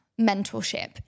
mentorship